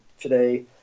today